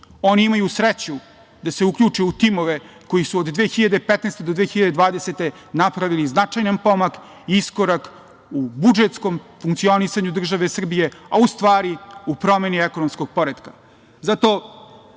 Oni imaju sreću da se uključe u timove koji su od 2015. do 2020. godine napravili značajan pomak i iskorak u budžetskom funkcionisanju države Srbije, a u stvari u promeni ekonomskog poretka. Zato